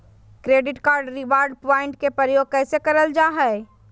Credit card reward point के प्रयोग कैसे करल जा है?